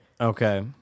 Okay